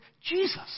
Jesus